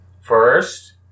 First